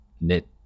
knit